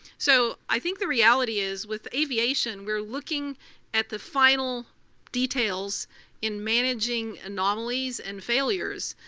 so i think the reality is, with aviation, we're looking at the final details in managing anomalies and failures,